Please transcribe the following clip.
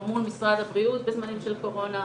או מול משרד הבריאות בזמנים של קורונה,